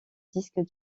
disques